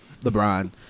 LeBron